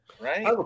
right